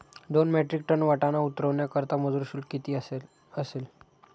दोन metric ton वाटाणा उतरवण्याकरता मजूर शुल्क किती असेल?